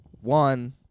One